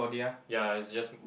ya is just